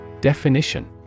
Definition